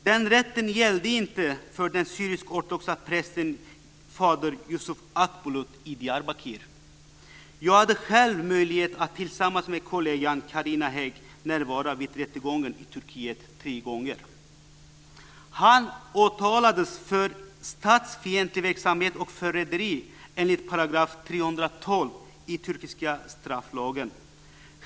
Den rätten gällde inte för den syrisk-ortodoxa prästen fader Yusuf Akbulut i Diyarbakir. Jag hade själv möjlighet att tillsammans med kollegan Carina Hägg närvara vid rättegången i Turkiet tre gånger. Han åtalades för statsfientlig verksamhet och förräderi enligt paragraf 312 i den turkiska strafflagen.